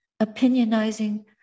opinionizing